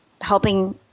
Helping